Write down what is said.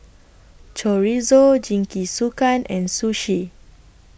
Chorizo Jingisukan and Sushi